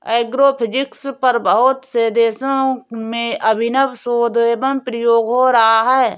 agrophysics पर बहुत से देशों में अभिनव शोध एवं प्रयोग हो रहा है